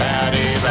Patty